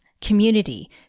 community